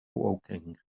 woking